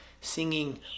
singing